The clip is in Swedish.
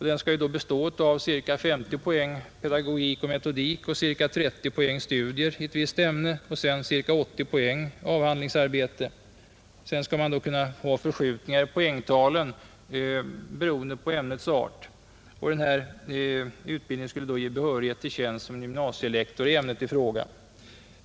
Den skall bestå av ca 50 poäng pedagogik och metodik, ca 30 poängs studier i ett visst ämne samt ca 80 poängs avhandlingsarbete. Förskjutningar i poängtalen skall kunna ske beroende på ämnets art. Denna utbildning skall ge behörighet till tjänst som gymnasielektor i ämnet i fråga.